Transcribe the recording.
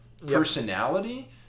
personality